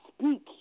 speak